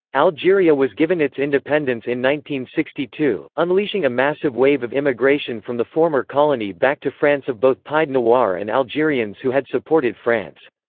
algeria was given its independence in sixty two, unleashing a massive wave of immigration from the former colony back to france of both pied-noir and algerians who had supported france.